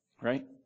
right